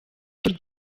tour